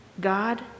God